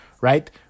Right